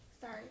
Sorry